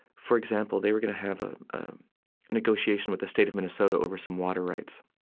for example, they were going to have a negotiation with the state of minnesota over some water rights,